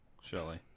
surely